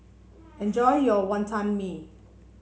enjoy your Wantan Mee